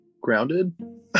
grounded